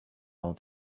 all